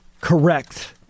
correct